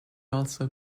also